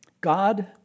God